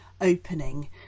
opening